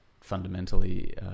fundamentally